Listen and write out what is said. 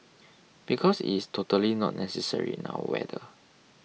because it's totally not necessary in our weather